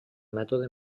mètode